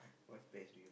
what pears do you